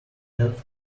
have